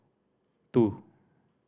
two